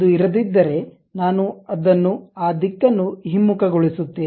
ಅದು ಇರದಿದ್ದರೆ ನಾನು ಅದನ್ನು ಆ ದಿಕ್ಕನ್ನು ಹಿಮ್ಮುಖಗೊಳಿಸುತ್ತೇನೆ